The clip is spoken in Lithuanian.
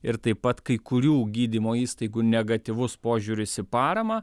ir taip pat kai kurių gydymo įstaigų negatyvus požiūris į paramą